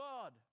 God